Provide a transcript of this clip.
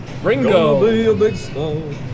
Ringo